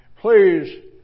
please